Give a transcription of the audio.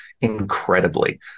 incredibly